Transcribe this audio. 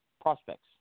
prospects